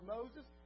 Moses